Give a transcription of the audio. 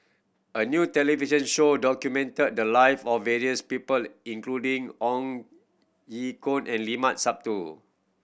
a new television show documented the live of various people including Ong Ye Kung and Limat Sabtu